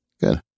Good